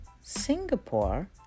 Singapore